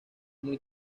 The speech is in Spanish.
muy